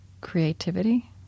creativity